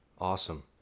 Awesome